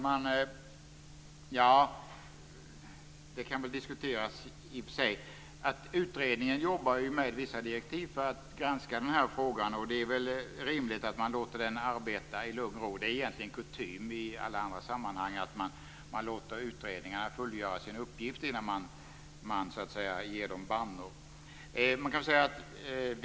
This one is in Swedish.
Herr talman! Det kan väl i och för sig diskuteras. Utredningen jobbar ju med vissa direktiv för att granska den här frågan, och det är väl rimligt att man låter den arbeta i lugn och ro. Det är egentligen kutym i alla andra sammanhang: Man låter utredningarna fullgöra sin uppgift innan man ger dem bannor.